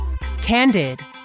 Candid